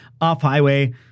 Off-highway